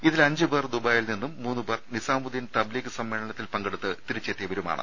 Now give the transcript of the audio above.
ഇതിൽ അഞ്ചുപേർ ദുബായിൽനിന്നും മൂന്നുപേർ നിസാ മുദ്ദീൻ തബ്ലീഗ് സമ്മേളനത്തിൽ പങ്കെടുത്ത് തിരിച്ചെ ത്തിയവരുമാണ്